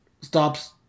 stops